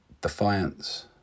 Defiance